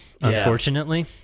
unfortunately